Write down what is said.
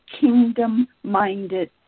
kingdom-minded